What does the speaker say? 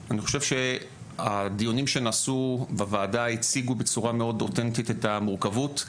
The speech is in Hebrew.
אני חושב שהדיונים שנעשו בוועדה הציגו בצורה מאד אותנטית את המורכבות,